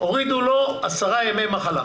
הורידו לו 10 ימי מחלה